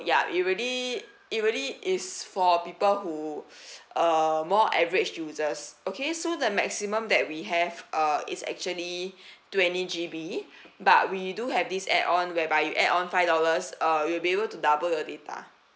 yup it really it really is for people who uh more average users okay so the maximum that we have uh is actually twenty G_B but we do have this add-on whereby you add on five dollars uh we'll be able to double your data